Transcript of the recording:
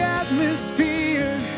atmosphere